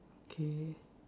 okay